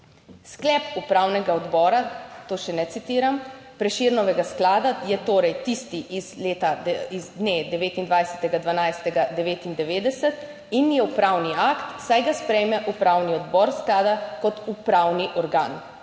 Sklep upravnega odbora, to še ne citiram, Prešernovega sklada je torej tisti iz leta, iz dne 29. 12. 1999 in je upravni akt, saj ga sprejme upravni odbor sklada kot upravni organ.